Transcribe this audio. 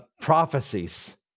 prophecies